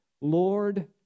Lord